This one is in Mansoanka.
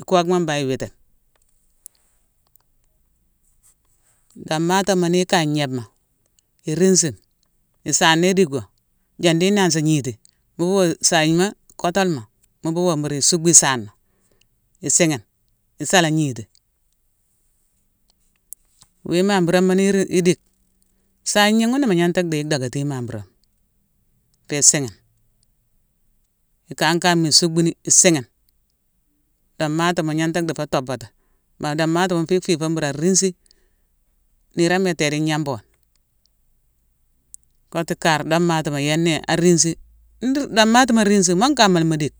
ikockma bangh iwitine. Domatooma ni ikaye gnébma, iriisime. isaana idick go. Jani inansi gniti, buwo sayima, kotolma mu buwo buru isucbu isaana isighine isaala gniti. Wii mamburama ni- irin- idick, sayima ghune mu gnanta déye dackatine i mamburama fo isighine. I kan-kama isuckbuni isighine. Domatima mu gnanta dhi fo thoppoto. Bari domatima fii fifo mbura rinsi, niiroma itéde ignanboni. Koctu kar domatima: gnéne né arinsi. Nr-domatima rinsi, monkama la mu dick.